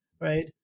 Right